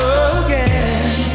again